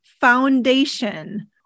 foundation